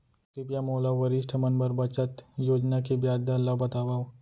कृपया मोला वरिष्ठ मन बर बचत योजना के ब्याज दर ला बतावव